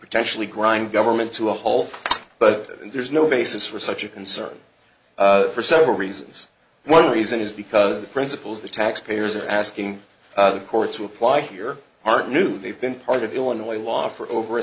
potentially grind government to a halt but there's no basis for such a concern for several reasons one reason is because the principles the taxpayers are asking the court to apply here are new they've been part of illinois law for over a